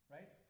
Right